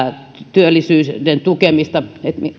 työllisyyden tukemista